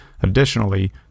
Additionally